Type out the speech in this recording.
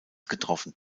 getroffen